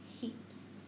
heaps